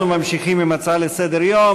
אנחנו ממשיכים עם ההצעה לסדר-היום.